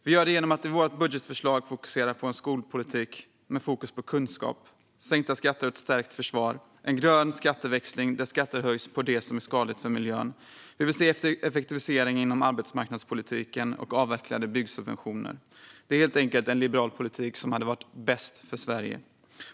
Vi gör det genom att i vårt budgetförslag fokusera på en kunskapsinriktad skolpolitik, sänkta skatter, stärkt försvar och en grön skatteväxling, där skatter höjs på det som är skadligt för miljön. Vi vill se effektiviseringar inom arbetsmarknadspolitiken och avvecklade byggsubventioner. Det är helt enkelt en liberal politik som hade varit det bästa för Sverige.